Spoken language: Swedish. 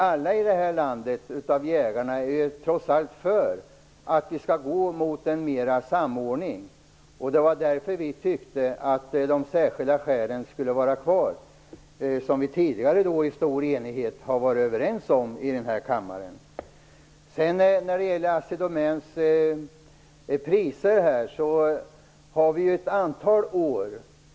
Alla jägare här i landet är för en större samordning. Vi tyckte därför att de särskilda skälen skulle vara kvar. Det har vi tidigare varit helt överens om här i kammaren.